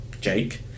Jake